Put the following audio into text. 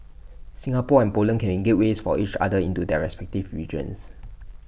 Singapore and Poland can be gateways for each other into their respective regions